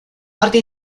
parte